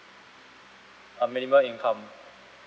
um minimal income